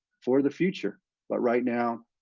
for the future but right now,